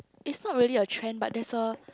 is not really a trend but there's a